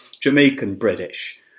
Jamaican-British